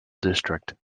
district